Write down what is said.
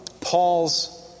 Paul's